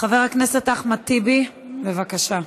חבר הכנסת אחמד טיבי, בבקשה.